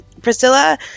Priscilla